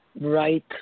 right